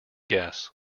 guess